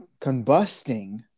combusting